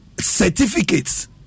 Certificates